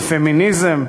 על פמיניזם,